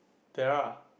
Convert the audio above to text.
there are